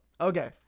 Okay